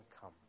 come